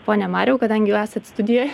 pone mariau kadangi jau esat studijoj